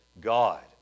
God